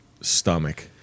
stomach